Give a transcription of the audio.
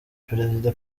perezida